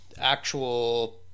actual